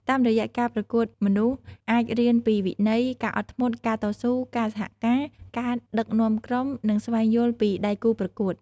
តាមរយៈការប្រកួតមនុស្សអាចរៀនពីវិន័យ ការអត់ធ្មត់ ការតស៊ូ ការសហការណ៍ ការដឹកនាំក្រុម និងស្វែងយល់ពីដៃគូរប្រកួត។